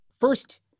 First